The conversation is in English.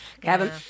Kevin